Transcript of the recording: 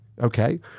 Okay